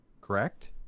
Correct